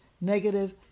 negative